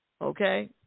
okay